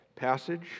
passage